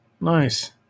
Nice